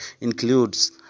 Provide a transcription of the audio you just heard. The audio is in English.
includes